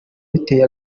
biteye